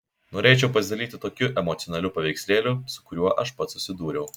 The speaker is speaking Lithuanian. norėčiau pasidalyti tokiu emocionaliu paveikslėliu su kuriuo aš pats susidūriau